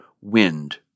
wind